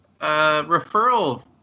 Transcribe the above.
referral